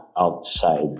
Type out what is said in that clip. outside